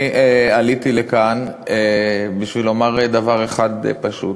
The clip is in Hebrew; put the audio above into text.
אני עליתי לכאן בשביל לומר דבר אחד פשוט: